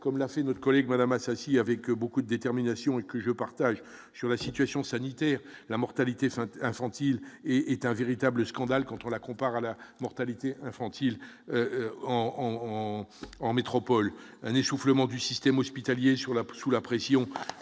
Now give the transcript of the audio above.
comme l'a fait notre collègue Madame Assassi avec beaucoup d'détermination et que je partage sur la situation sanitaire la mortalité sainte infantile et est un véritable scandale quand on la compare à la mortalité infantile en en en métropole, un essoufflement du système hospitalier sur la peau,